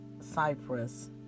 Cyprus